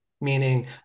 meaning